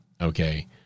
Okay